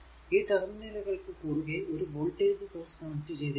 ഈ ടെര്മിനലുകൾക്കു കുറുകെ ഒരു വോൾടേജ് സോഴ്സ് കണക്ട് ചെയ്തിരിക്കുന്നു